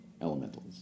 elementals